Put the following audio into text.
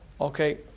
Okay